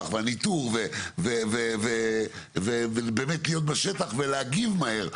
ובשביל הניטור ובאמת להיות בשטח ולהגיב מהר,